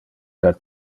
del